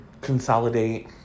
consolidate